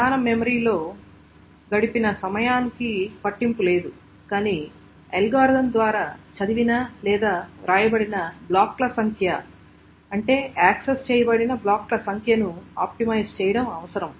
ప్రధాన మెమరీలో గడిపిన సమయాన్ని పట్టింపు లేదు కానీ అల్గోరిథం ద్వారా చదివిన లేదా వ్రాయబడిన బ్లాక్ల సంఖ్య అంటే యాక్సెస్ చేయబడిన బ్లాక్ల సంఖ్యను ఆప్టిమైజ్ చేయడం అవసరం